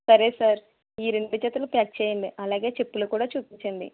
సరే సార్ ఈ రెండు జతలు ప్యాక్ చెయ్యండి అలాగే చెప్పులు కూడా చూపించండి